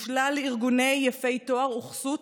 בשלל ארגוני יפי תואר וכסות,